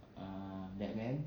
uh batman